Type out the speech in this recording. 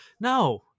no